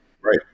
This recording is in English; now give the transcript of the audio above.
Right